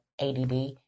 ADD